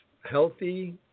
healthy